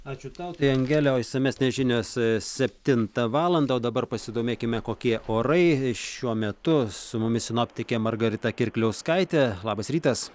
ačiū tau tai angelė o išsamesnės žinios septintą valandą o dabar pasidomėkime kokie orai šiuo metu su mumis sinoptikė margarita kirkliauskaitė labas rytas